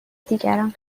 دیگران